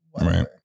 Right